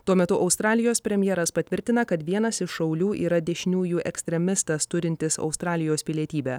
tuo metu australijos premjeras patvirtina kad vienas iš šaulių yra dešiniųjų ekstremistas turintis australijos pilietybę